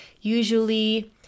usually